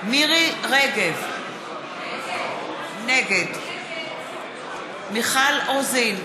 מירי רגב, נגד מיכל רוזין,